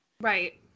Right